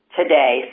today